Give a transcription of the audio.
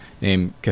named